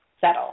settle